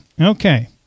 Okay